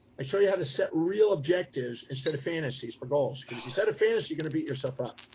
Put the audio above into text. i show you how to set real objectives instead of fantasies for goals. because if you set a fantasy, you're gonna beat yourself up.